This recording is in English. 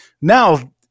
now